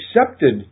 accepted